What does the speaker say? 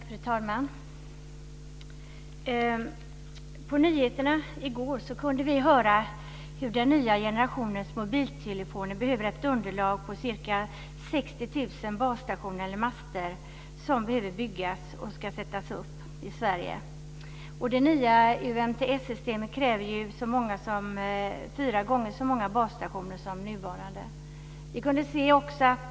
Fru talman! På nyheterna i går kunde vi höra hur den nya generationens mobiltelefoner behöver ett underlag på ca 60 000 basstationer eller master. Dessa behöver alltså byggas och sättas upp i Sverige. Det nya UMTS-systemet kräver fyra gånger så många basstationer som det nuvarande.